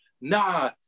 nah